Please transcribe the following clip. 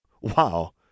Wow